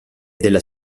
della